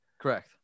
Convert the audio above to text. Correct